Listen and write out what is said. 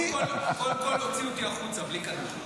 קודם כול, הוציאו אותי החוצה בלי כדור.